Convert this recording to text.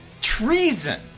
treason